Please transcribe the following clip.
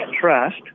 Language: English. trust